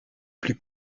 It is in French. plus